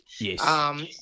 Yes